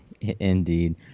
indeed